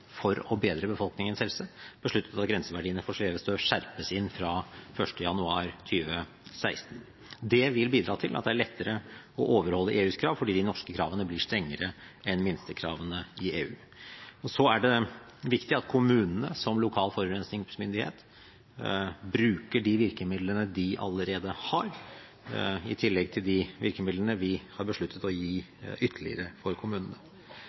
for å bedre befolkningens helse besluttet at grenseverdiene for svevestøv skjerpes inn fra 1. januar 2016. Det vil bidra til at det er lettere å overholde EUs krav, fordi de norske kravene blir strengere enn minstekravene i EU. Så er det viktig at kommunene som lokal forurensningsmyndighet bruker de virkemidlene de allerede har, i tillegg til de virkemidlene vi ytterligere har besluttet å gi